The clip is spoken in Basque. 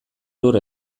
lur